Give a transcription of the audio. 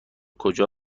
کجا